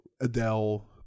Adele